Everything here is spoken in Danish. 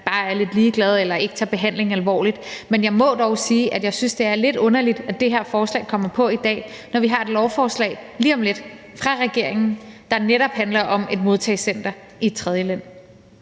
bare er lidt ligeglad eller ikke tager behandlingen alvorligt. Men jeg må dog sige, at jeg synes, det er lidt underligt, at det her forslag kommer på i dag, når vi har et lovforslag lige om lidt fra regeringens side, der netop handler om et modtagecenter i et tredjeland.